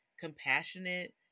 compassionate